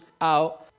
out